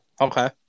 Okay